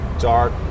dark